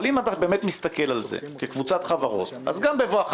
אבל אם אתה באמת מסתכל על זה כקבוצת חברות אז גם בבואך